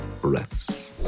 breaths